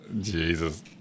Jesus